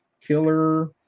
Killer